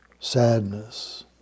Sadness